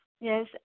Yes